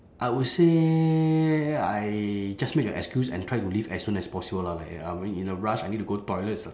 I would say I just make a excuse and try to leave as soon as possible lah like I in a rush I need to go toilet